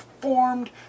formed